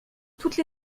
toutes